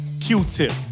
Q-Tip